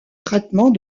traitement